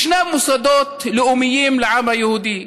יש מוסדות לאומיים לעם היהודי,